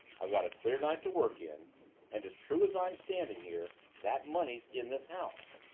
i've got a clear night to work in and as true as i'm standing here, that money's in this house.